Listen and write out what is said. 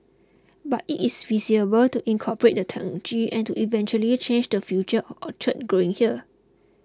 but it is feasible to incorporate the technology and to eventually change the future of orchid growing here